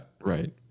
Right